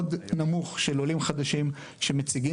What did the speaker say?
לא עולה המצגת